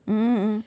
mmhmm mmhmm